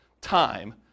time